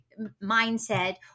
mindset